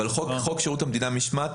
אבל חוק שירות המדינה (משמעת),